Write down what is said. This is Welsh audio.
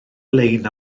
lein